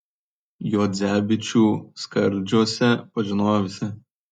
juodzevičių skardžiuose pažinojo visi